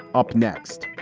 up next